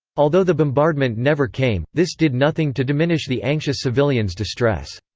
although the bombardment never came, this did nothing to diminish the anxious civilians distress.